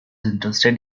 interested